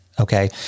okay